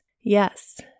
Yes